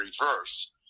reverse